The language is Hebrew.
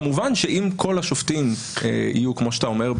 כמובן שאם כל השופטים יהיו כמו שאתה אומר,